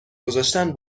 گذاشتن